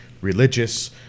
religious